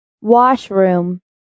washroom